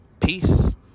Peace